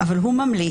אבל הוא ממליץ.